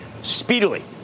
speedily